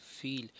feel